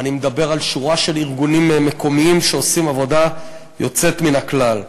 אני מדבר על שורה של ארגונים מקומיים שעושים עבודה יוצאת מן הכלל.